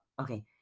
okay